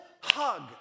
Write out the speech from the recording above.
hug